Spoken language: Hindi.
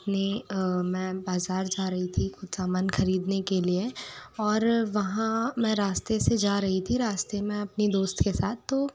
अपने मैं बाज़ार जा रही थी कुछ सामान ख़रीदने के लिए और वहाँ मैं रास्ते से जा रही थी रास्ते मैं अपनी दोस्त के साथ तो